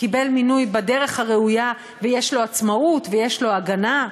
קיבל מינוי בדרך הראויה ויש לו עצמאות ויש לו הגנה.